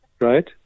right